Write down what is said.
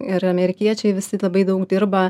ir amerikiečiai visi labai daug dirba